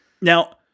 now